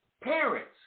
Parents